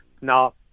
Now